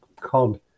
called